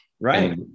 Right